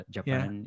Japan